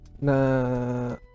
Na